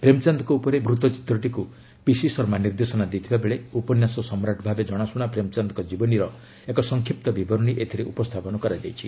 ପ୍ରେମ୍ଚାନ୍ଦଙ୍କ ଉପରେ ବୃତ୍ତଚିତ୍ରଟିକୁ ପିସି ଶର୍ମା ନିର୍ଦ୍ଦେଶନା ଦେଇଥିବା ବେଳେ ଉପନ୍ୟାସ ସମ୍ରାଟ ଭାବେ ଜଣାଶୁଣା ପ୍ରେମ୍ଚାନ୍ଦଙ୍କ ଜୀବନୀର ଏକ ସଂକ୍ଷିପ୍ତ ବିବରଣୀ ଏଥିରେ ଉପସ୍ଥାପନ କରାଯାଇଛି